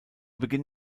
beginn